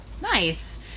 Nice